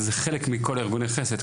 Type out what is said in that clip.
זה חלק מכל הארגוני חסד,